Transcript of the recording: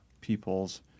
peoples